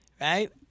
right